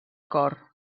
cor